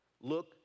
look